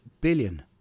billion